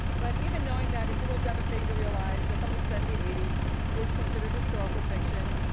but even knowing that, it's a little devastating to realize that something set in the eighty s is considered historical fiction,